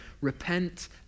repent